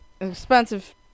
expensive